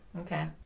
Okay